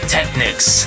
Technics